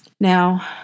Now